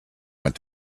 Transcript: went